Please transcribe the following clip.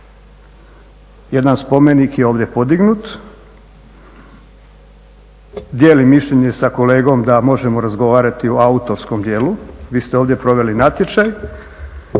Jedan spomenut je ovdje podignut. Dijelim mišljenje sa kolegom da možemo razgovarati o autorskom djelu. Vi ste ovdje proveli natječaj,